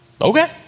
okay